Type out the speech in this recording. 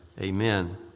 Amen